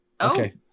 Okay